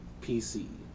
PC